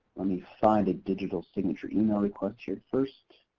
let me find a digital signature email request here first.